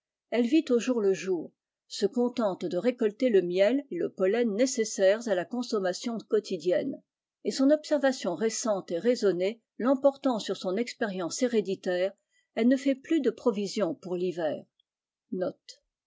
elle vit au jour le jour se contenle de récolter le miel et le pollen nécessaires à la consommation quotidienne et son observation récente etraisonnée l'emportant sur son expérience héréditaire elle ne fait plus de provisions pour l'hiver